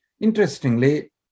Interestingly